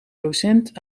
docent